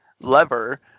lever